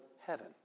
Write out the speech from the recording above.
heaven